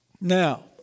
Now